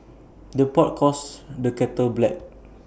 the pot calls the kettle black